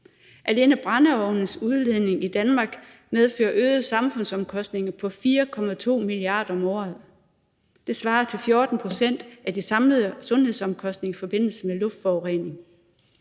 Alene brændeovnes udledning i Danmark medfører øgede samfundsomkostninger på 4,2 mia. kr. om året. Det svarer til 14 pct. af de samlede sundhedsomkostninger i forbindelse med luftforurening.